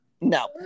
No